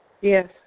Yes